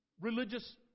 religious